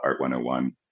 Art101